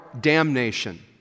damnation